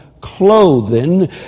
clothing